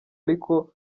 ariko